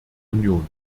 union